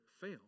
fail